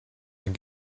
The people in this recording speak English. and